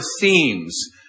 themes